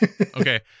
Okay